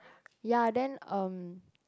ya then um